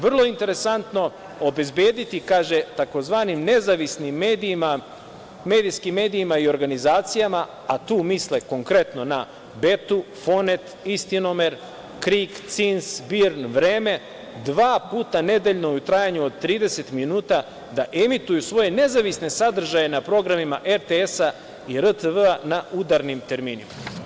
Vrlo interesantno, obezbediti, kaže - tzv. nezavisnim medijima, medijskim medijima i organizacijama, a tu misle konkretno na BETA, FONET, „Istinomer“, „Krik“, CINS, BIRN, „Vreme“, dva puta nedeljno u trajanju od 30 minuta da emituju svoje nezavisne sadržaje na programima RTS i RTV na udarnim terminima.